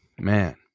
man